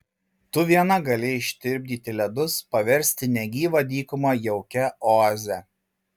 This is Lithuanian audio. tu viena gali ištirpdyti ledus paversti negyvą dykumą jaukia oaze